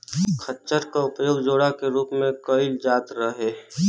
खच्चर क उपयोग जोड़ा के रूप में कैईल जात रहे